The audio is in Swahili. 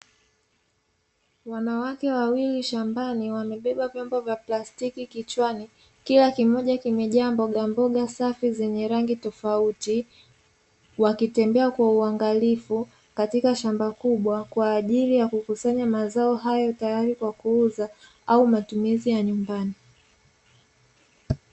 Wanawake wawili shambani, wamebeba vyombo vya plastiki kichwani, kila kimoja kimejaa mbogamboga zenye rangi tofauti. Wakitembea kwa uangalifu, kwa ajili ya kukusanya mazao, ambayo ni tayari kwa kuuza au matumizi ya nyumbani.